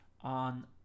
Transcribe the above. on